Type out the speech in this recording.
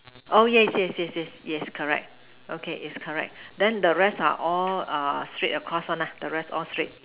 oh yes yes yes yes yes correct okay is correct then the rest are all err straight across one lah the rest all straight